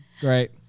Great